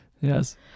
Yes